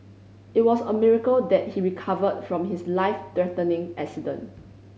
it was a miracle that he recovered from his life threatening accident